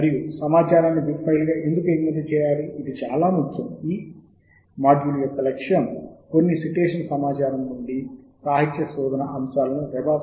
మరియు ఈ గ్రంథ పట్టిక సమాచారమును మనం ఎందుకు ఎగుమతి చేయాలి మళ్ళీ తర్కం దేనితో సమానంగా ఉంటుంది మేము వెబ్ ఆఫ్ సైన్స్ ప్రదర్శనలో చూపించాము